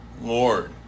Lord